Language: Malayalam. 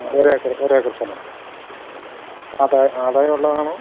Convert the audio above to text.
ഒരേക്കർ ഒരേക്കർ സ്ഥലം അവിടെ ആദായം ആദായം ഉള്ളതാണോ